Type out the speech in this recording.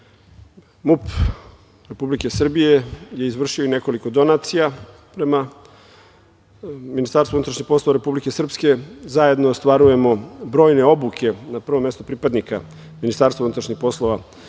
Republike Srbije je izvršio nekoliko donacija prema Ministarstvu unutrašnjih poslova Republike Srpske. Zajedno ostvarujemo brojne obuke, na prvom mestu, pripadnika Ministarstva unutrašnjih poslova Republike Srpske.